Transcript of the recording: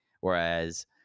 Whereas